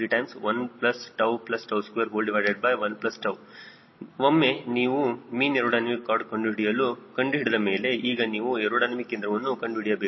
33121 ಒಮ್ಮೆ ನೀವು mean aerodynamic chord ಕಂಡುಹಿಡಿದ ಮೇಲೆ ಈಗ ನೀವು ಏರೋಡೈನಮಿಕ್ ಕೇಂದ್ರವನ್ನು ಕಂಡುಹಿಡಿಯಬೇಕು